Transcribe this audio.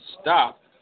stop